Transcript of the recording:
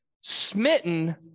smitten